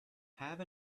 have